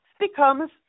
becomes